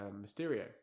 Mysterio